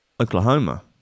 Oklahoma